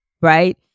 Right